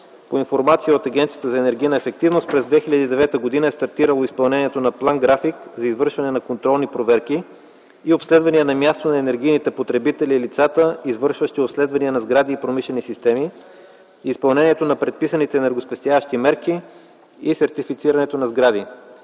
По информация от Агенцията по енергийна ефективност през 2009 г. е стартирало изпълнението на план-график за извършване на контролни проверки и обследвания на място на енергийните потребители и лицата, извършващи обследвания на сгради и промишлени системи, изпълнението на предписаните енергоспестяващи мерки и сертифицирането на сгради.